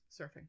surfing